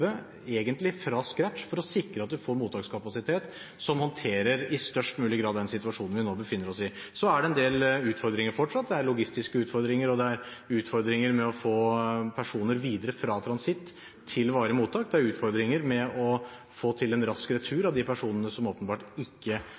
egentlig fra scratch, for å sikre at en får mottakskapasitet som i størst mulig grad håndterer den situasjonen vi nå befinner oss i. Så er det fortsatt en del utfordringer. Det er logistiske utfordringer, og det er utfordringer med å få personer videre fra transitt til varig mottak. Det er utfordringer med å få til en rask retur av de personene som åpenbart ikke